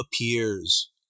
appears